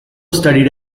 studied